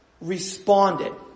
responded